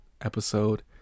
episode